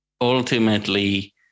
ultimately